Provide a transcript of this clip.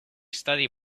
study